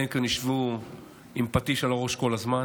אלא אם כן ישבו עם פטיש על הראש כל הזמן,